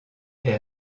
est